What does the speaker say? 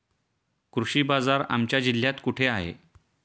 कृषी बाजार आमच्या जिल्ह्यात कुठे आहे?